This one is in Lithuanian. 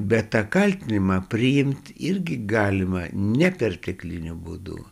bet tą kaltinimą priimt irgi galima nepertekliniu būdu